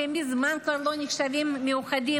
שהם מזמן כבר לא נחשבים מיוחדים,